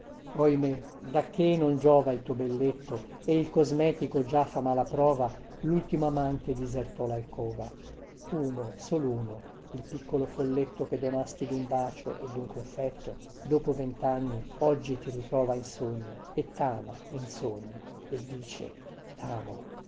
anni oimè da che non giova il tuo belletto e il cosmetico già fa mala prova lultimo amante disertò lalcova uno sol uno il piccolo folletto che donasti dun bacio e dun confetto dopo ventanni oggi ti ritrova in sogno e tama in sogno e dice tamo